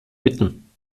bitten